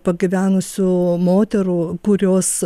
pagyvenusių moterų kurios